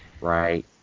right